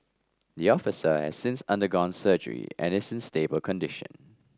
the officer has since undergone surgery and is in stable condition